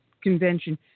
convention